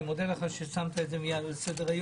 אני מודה לך ששמת את זה מייד על סדר-היום.